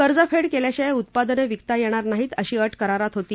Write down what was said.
कर्जपखि कल्पाशिवाय उत्पादन विकता यप्तर नाही अशी अट करारात होती